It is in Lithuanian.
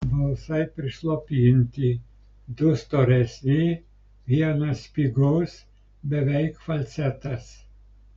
balsai prislopinti du storesni vienas spigus beveik falcetas